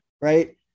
right